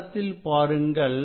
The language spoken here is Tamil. படத்தில் பாருங்கள்